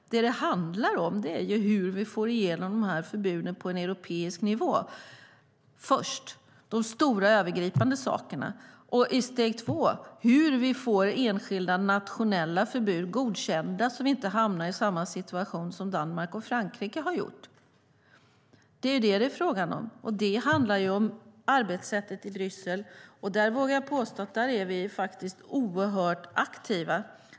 Det som det handlar om är hur vi får igenom dessa förbud på europeisk nivå. De stora övergripande sakerna kommer först. I steg två handlar det om hur vi får enskilda nationella förbud godkända så att vi inte hamnar i samma situation som Danmark och Frankrike. Det är vad det är frågan om. Det handlar om arbetssättet i Bryssel. Där vågar jag påstå att vi är oerhört aktiva.